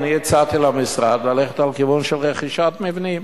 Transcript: אני הצעתי למשרד ללכת לכיוון של רכישת מבנים.